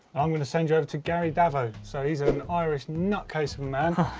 i'm gonna send you over to garrydavo. so he's an irish nutcase of a man,